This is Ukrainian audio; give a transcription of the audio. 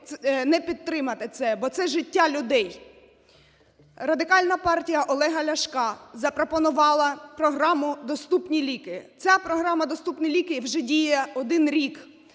не підтримати це, бо це життя людей. Радикальна партія Олега Ляшка запропонувала програму "Доступні ліки". Ця програма "Доступні ліки" вже діє 1 рік,